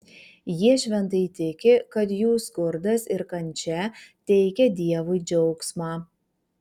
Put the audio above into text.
jie šventai tiki kad jų skurdas ir kančia teikia dievui džiaugsmą